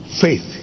faith